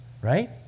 right